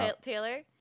Taylor